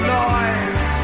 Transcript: noise